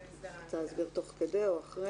את רוצה הסבר תוך כדי או אחרי?